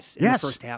Yes